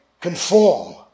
conform